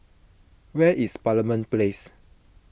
where is Parliament Place